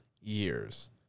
years